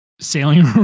sailing